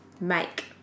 make